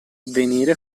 venire